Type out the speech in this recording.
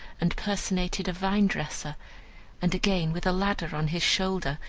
and personated a vine-dresser and again, with a ladder on his shoulder,